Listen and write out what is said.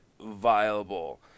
viable